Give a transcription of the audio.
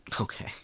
Okay